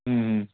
ହୁଁ ହୁଁ